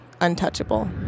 untouchable